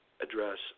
address